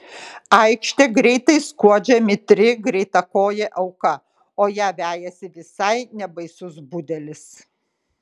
aikšte greitai skuodžia mitri greitakojė auka o ją vejasi visai nebaisus budelis